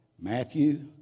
Matthew